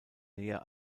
näher